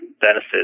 benefits